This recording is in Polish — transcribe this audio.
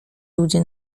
ludzie